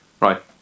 right